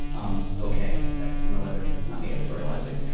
um ok. that's in the letter. that's not me editorializing.